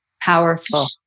powerful